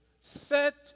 set